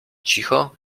cicho